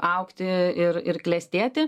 augti ir ir klestėti